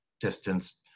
distance